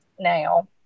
now